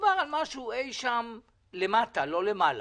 מדובר על משהו אי שם למטה ולא למעלה.